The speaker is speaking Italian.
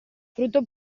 frutto